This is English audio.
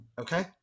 Okay